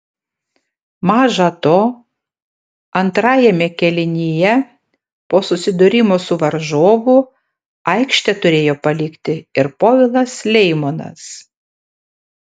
maža to antrajame kėlinyje po susidūrimo su varžovu aikštę turėjo palikti ir povilas leimonas